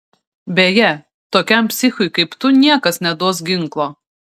beje tokiam psichui kaip tu niekas neduos ginklo